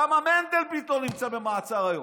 למה מנדלבליט לא נמצא במעצר היום?